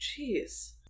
Jeez